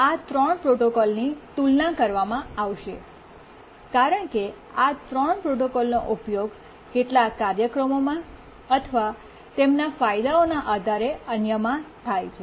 આ 3 પ્રોટોકોલની તુલના કરવામાં આવશે કારણ કે આ બધા 3 પ્રોટોકોલનો ઉપયોગ કેટલાક કાર્યક્રમોમાં અથવા તેમના ફાયદાઓના આધારે અન્યમાં થાય છે